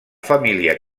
família